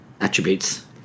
attributes